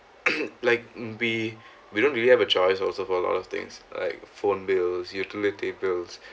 like we we don't really have a choice also for a lot of things like phone bills utility bills